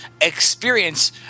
experience